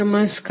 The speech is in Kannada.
ನಮಸ್ಕಾರ